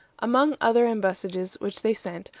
among other embassages which they sent,